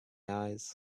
eyes